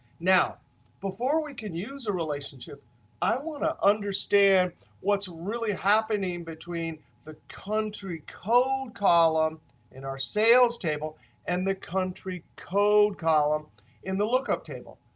now before we can use a relationship i want to understand what's really happening between the country code column in our sales table and the country code column in the lookup table.